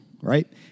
Right